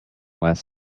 last